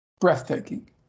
Breathtaking